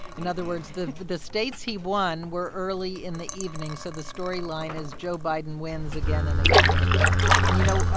in other words, the the states he won were early in the evening. so the storyline is joe biden wins again and again and again and, you know,